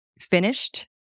finished